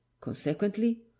Consequently